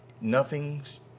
Nothing's